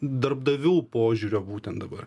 darbdavių požiūrio būtent dabar